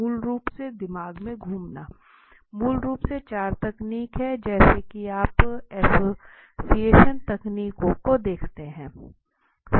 मूल रूप से दिमाग में घूमना मूल रूप से चार तकनीक हैं जैसा कि आप एसोसिएशन तकनीकों को देखते हैं